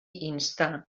instar